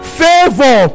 favor